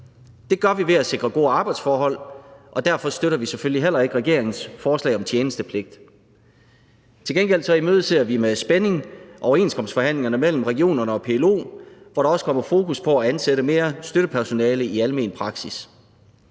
Det gør vi ved at sikre gode arbejdsforhold, og derfor støtter vi selvfølgelig heller ikke regeringens forslag om tjenestepligt. Til gengæld imødeser vi med spænding overenskomstforhandlingerne mellem regionerne og PLO, hvor der også kommer fokus på at ansætte mere støttepersonale i almen praksis.